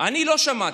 לא שמעתי,